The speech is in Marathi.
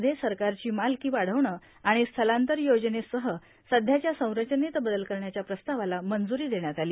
मध्ये सरकारची मालकी वाढवणं आणि स्थलांतर योजनेसह सध्याच्या संरचनेत बदल करण्याच्या प्रस्तावाला मंजुरी देण्यात आली